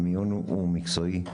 המיון הוא מקצועי,